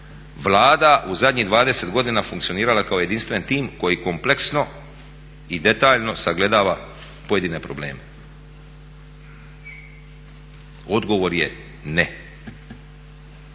Vlada u zadnjih 20 godina funkcionirala kao jedinstven tim koji kompleksno i detaljno sagledava pojedine probleme? Odgovor je ne.